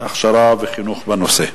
הכשרה וחינוך בנושא?